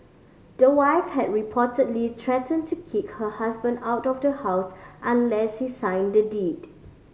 the wife had reportedly threatened to kick her husband out of the house unless he signed the deed